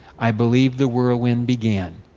i believe the whirlwind began.